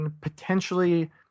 potentially